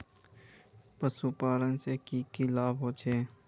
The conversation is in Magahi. पशुपालन से की की लाभ होचे?